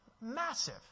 massive